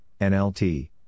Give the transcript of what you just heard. NLT